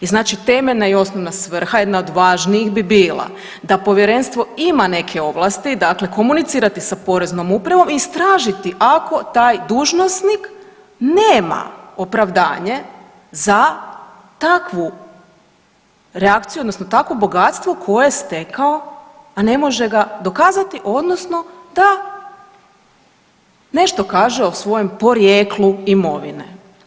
I znači temeljna i osnovna svrha, jedna od važnijih bi bila, da povjerenstvo ima neke ovlasti, dakle, komunicirati sa Poreznom upravom i istražiti, ako taj dužnosnik nema opravdanje za takvu reakciju, odnosno takvo bogatstvo koje je stekao, a ne može ga dokazati, odnosno da nešto kaže o svojem porijeklu imovine.